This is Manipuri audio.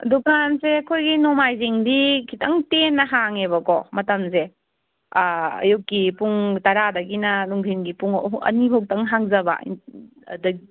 ꯗꯨꯀꯥꯟꯁꯦ ꯑꯩꯈꯣꯏꯒꯤ ꯅꯣꯡꯃꯥꯏꯖꯤꯡꯗꯤ ꯈꯤꯇꯪ ꯇꯦꯟꯅ ꯍꯥꯡꯉꯦꯕꯀꯣ ꯃꯇꯝꯁꯦ ꯑꯌꯨꯛꯀꯤ ꯄꯨꯡ ꯇꯔꯥꯗꯒꯤꯅ ꯅꯨꯡꯗꯤꯟꯒꯤ ꯄꯨꯡ ꯑꯅꯤꯕꯣꯛꯇꯪ ꯍꯥꯡꯖꯕ